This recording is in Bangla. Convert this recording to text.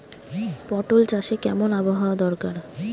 পটল চাষে কেমন আবহাওয়া দরকার?